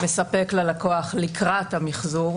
מספק ללקוח לקראת המחזור.